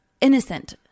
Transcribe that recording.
innocent